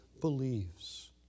believes